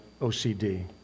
OCD